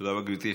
תודה רבה, גברתי.